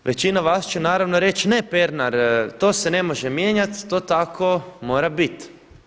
Većina vas će naravno reći ne Pernar, to se ne može mijenjati, to tako mora biti.